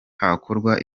hakorwa